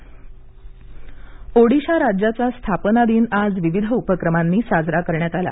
उत्कल दिवस ओडिशा ओडिशा राज्याचा स्थापना दिन आज विविध उपक्रमांनी साजरा करण्यात आला